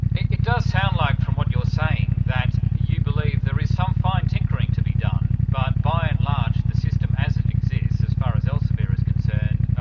it it does sound like, from what you're saying, that you believe there is some fine tinkering to be done but by and large the system as it exists, as far as elsevier is concerned,